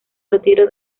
retiro